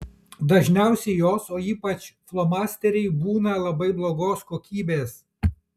dažniausiai jos o ypač flomasteriai būna labai blogos kokybės